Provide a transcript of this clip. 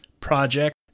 Project